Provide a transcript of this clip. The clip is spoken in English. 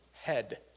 head